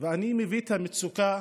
ואני מביא את המצוקה